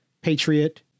patriot